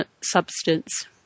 substance